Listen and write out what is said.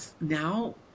now